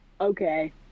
Okay